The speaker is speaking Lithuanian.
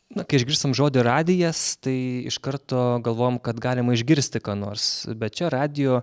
na kai išgirstam žodį radijas tai iš karto galvojam kad galima išgirsti ką nors bet čia radijo